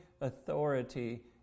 authority